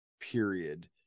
period